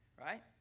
right